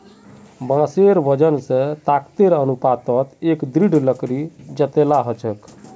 बांसेर वजन स ताकतेर अनुपातत एक दृढ़ लकड़ी जतेला ह छेक